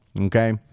Okay